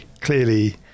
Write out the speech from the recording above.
clearly